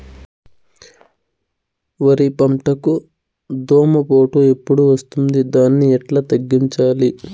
వరి పంటకు దోమపోటు ఎప్పుడు వస్తుంది దాన్ని ఎట్లా తగ్గించాలి?